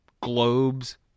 globes